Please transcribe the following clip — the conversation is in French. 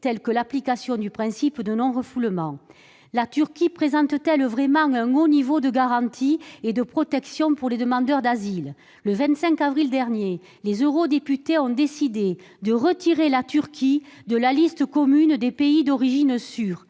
notamment à l'application du principe de non-refoulement. La Turquie présente-t-elle vraiment un haut niveau de garanties et de protection pour les demandeurs d'asile ? Le 25 avril dernier, les eurodéputés ont décidé de retirer la Turquie de la liste commune des pays d'origine sûrs.